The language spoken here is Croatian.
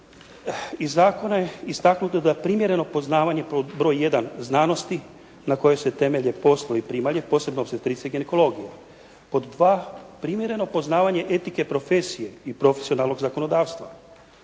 iz zakona, istaknuto da je primjereno poznavanje pod broj jedan znanosti, na kojoj se temelje poslovi primalje, posebno opstetricije i ginekologije. Pod dva, primjereno poznavanje etike profesije i profesionalnog zakonodavstva.